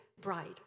bride